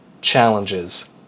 challenges